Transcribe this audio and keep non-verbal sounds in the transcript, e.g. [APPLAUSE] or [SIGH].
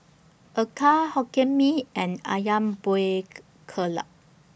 Acar Hokkien Mee and Ayam Buah [UNINTELLIGIBLE] Keluak